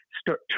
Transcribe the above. start